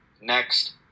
next